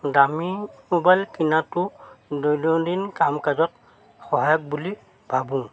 দামী মোবাইল কিনাটো দৈনন্দিন কাম কাজত সহায়ক বুলি ভাবোঁ